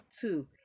two